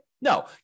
No